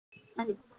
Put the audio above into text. ਹਾਂਜੀ